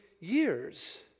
years